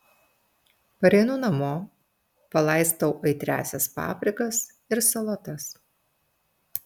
pareinu namo palaistau aitriąsias paprikas ir salotas